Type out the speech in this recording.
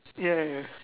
ya ya ya